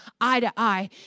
eye-to-eye